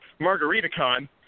MargaritaCon